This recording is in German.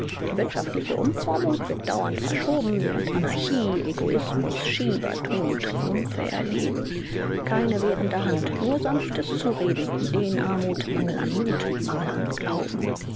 die wirtschaftliche umformung wird dauernd verschoben während anarchie egoismus schiebertum triumphe erleben keine wehrende hand nur sanftes zureden ideenarmut mangel an mut mangel an glauben